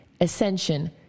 ascension